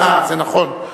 זה נכון,